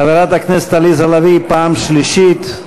חברת הכנסת עליזה לביא, פעם שלישית.